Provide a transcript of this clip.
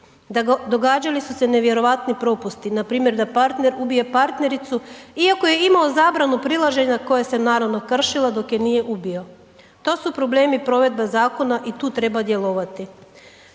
Događali su se nevjerojatni propusti, npr. da partner ubije partnericu iako je imao zabranu prilaženja koje se naravno kršilo dok je nije ubio, to su problemi provedbe zakona i tu treba djelovati.